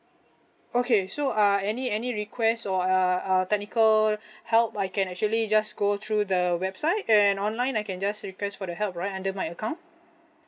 okay so uh any any request or uh uh technical help I can actually just go through the website and online I can just request for the help right under my account